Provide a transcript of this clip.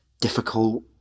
difficult